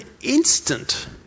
instant